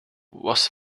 was